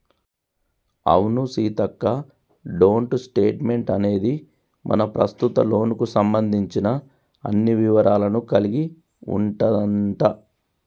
అవును సీతక్క డోంట్ స్టేట్మెంట్ అనేది మన ప్రస్తుత లోన్ కు సంబంధించిన అన్ని వివరాలను కలిగి ఉంటదంట